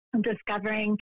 discovering